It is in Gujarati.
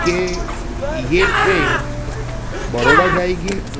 કે યે ટ્રેન બરોડા જાયેગી